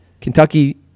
Kentucky